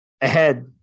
ahead